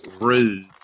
Rude